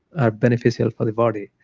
are beneficial for the body.